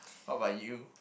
what about you